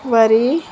వరి